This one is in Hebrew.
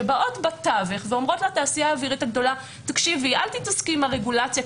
שבאות בתווך ואומרות לתעשייה האווירית הגדולה: אל תתעסקי עם הרגולציה,